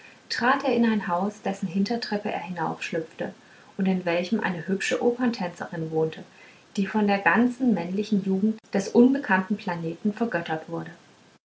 trat er in ein haus dessen hintertreppe er hinaufschlüpfte und in welchem eine hübsche operntänzerin wohnte die von der ganzen männlichen jugend des unbekannten planeten vergöttert wurde